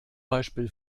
beispiel